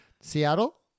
Seattle